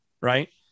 right